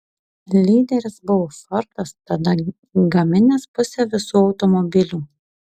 lyderis buvo fordas tada gaminęs pusę visų automobilių